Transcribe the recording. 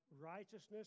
righteousness